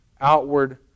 outward